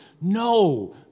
no